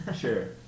Sure